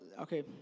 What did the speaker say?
okay